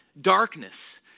darkness